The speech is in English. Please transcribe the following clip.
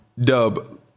Dub